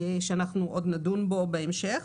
עוד נדון בו בהמשך,